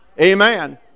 Amen